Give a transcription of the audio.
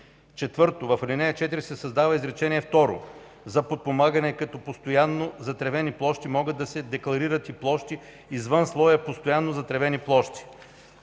4. В ал. 4 се създава изречение второ: „За подпомагане като постоянно затревени площи могат да се декларират и площи извън слоя „Постоянно затревени площи”.”